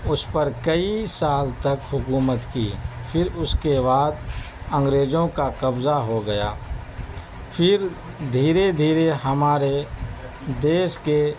اس پر کئی سال تک حکومت کی پھر اس کے بعد انگریزوں کا قضہ ہو گیا پھر دھیرے دھیرے ہمارے دیش کے